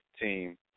team